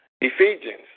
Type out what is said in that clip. Ephesians